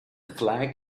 flag